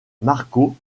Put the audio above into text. marcos